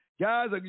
Guys